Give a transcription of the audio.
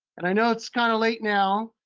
and i know it's kind of late now,